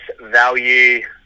value